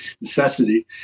necessity